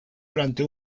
durante